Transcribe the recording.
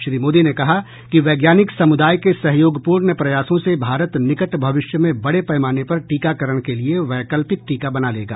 श्री मोदी ने कहा कि वैज्ञानिक समूदाय के सहयोगपूर्ण प्रयासों से भारत निकट भविष्य में बड़े पैमाने पर टीकाकरण के लिए वैकल्पिक टीका बना लेगा